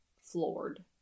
floored